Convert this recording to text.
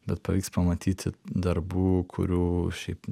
bet pavyks pamatyti darbų kurių šiaip